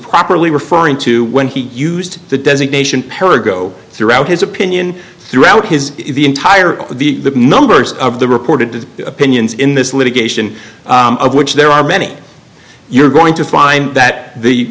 properly referring to when he used the designation para go throughout his opinion throughout his entire the number of the reported opinions in this litigation of which there are many you're going to find that the